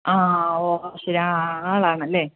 ആ ആ ഓ ശരി ആ ആളാണല്ലേ